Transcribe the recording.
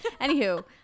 anywho